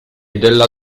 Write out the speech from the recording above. della